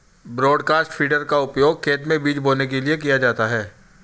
broadcast feeder का उपयोग खेत में बीज बोने के लिए किया जाता है